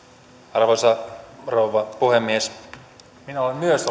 arvoisa rouva puhemies myös